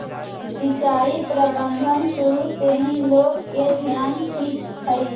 सिंचाई प्रबंधन शुरू से ही लोग के ध्यान खींचऽ हइ